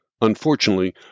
unfortunately